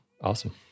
Awesome